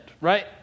right